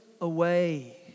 away